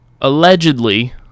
allegedly